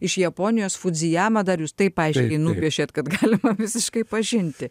iš japonijos fudzijamą dar jūs taip aiškiai nupiešėt kad galima visiškai pažinti